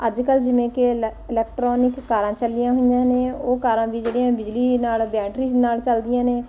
ਅੱਜ ਕੱਲ੍ਹ ਜਿਵੇਂ ਕਿ ਇਲੈਕ ਇਲੈਕਟਰੋਨਿਕ ਕਾਰਾਂ ਚੱਲੀਆਂ ਹੋਈਆਂ ਨੇ ਉਹ ਕਾਰਾਂ ਵੀ ਜਿਹੜੀਆਂ ਬਿਜਲੀ ਨਾਲ ਬੈਟਰੀਜ਼ ਨਾਲ ਚਲਦੀਆਂ ਨੇ